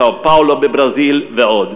סאו-פאולו בברזיל ועוד.